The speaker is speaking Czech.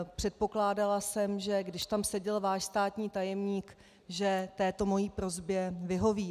Předpokládala jsem, že když tam seděl váš státní tajemník, této mé prosbě vyhoví.